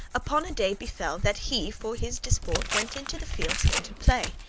upon a day befell, that he for his disport went into the fields him to play.